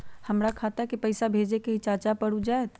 हमरा खाता के पईसा भेजेए के हई चाचा पर ऊ जाएत?